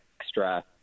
extra